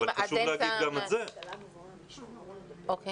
זה הכול רצון טוב, עוד